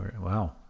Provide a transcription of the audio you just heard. Wow